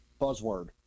buzzword